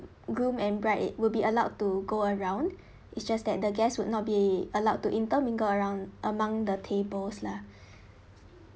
groom and bride it will be allowed to go around it's just that the guests would not be allowed to intermingle around among the tables lah